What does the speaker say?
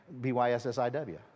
B-Y-S-S-I-W